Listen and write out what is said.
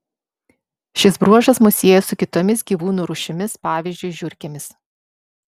šis bruožas mus sieja su kitomis gyvūnų rūšimis pavyzdžiui žiurkėmis